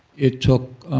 it took